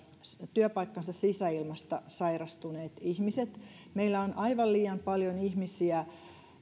työpaikkansa sisäilmasta sairastuneet ihmiset meillä on aivan liian paljon ihmisiä